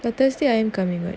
but thursday I am coming right